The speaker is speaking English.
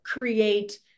create